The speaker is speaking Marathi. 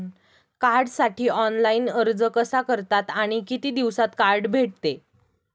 कार्डसाठी ऑनलाइन अर्ज कसा करतात आणि किती दिवसांत कार्ड भेटते?